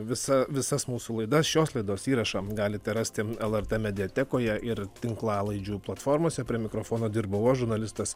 visa visas mūsų laidas šios laidos įrašą m galite rasti lrt mediatekoje ir tinklalaidžių platformose prie mikrofono dirbau aš žurnalistas